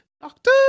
Doctor